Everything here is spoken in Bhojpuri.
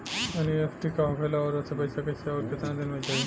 एन.ई.एफ.टी का होखेला और ओसे पैसा कैसे आउर केतना दिन मे जायी?